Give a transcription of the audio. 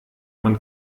man